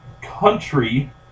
country